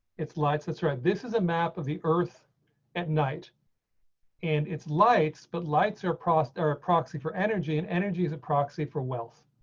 it's lights. that's right. this is a map of the earth at night and it's lights but lights are process or a proxy for energy and energy is a proxy for wealth.